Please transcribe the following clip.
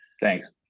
thanks